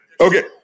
Okay